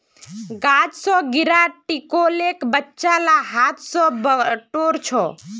गाछ स गिरा टिकोलेक बच्चा ला हाथ स बटोर छ